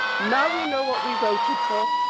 now we know what we voted for,